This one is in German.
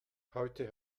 heute